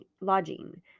Lodging